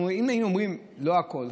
אם היינו אומרים לא הכול,